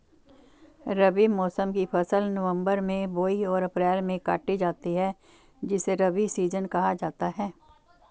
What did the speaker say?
रबी मौसम की फसल नवंबर में बोई और अप्रैल में काटी जाती है जिसे रबी सीजन कहा जाता है